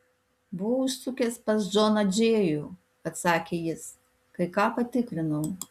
buvau užsukęs pas džoną džėjų atsakė jis kai ką patikrinau